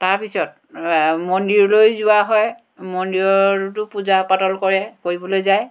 তাৰপিছত মন্দিৰলৈ যোৱা হয় মন্দিৰতো পূজা পাতল কৰে কৰিবলৈ যায়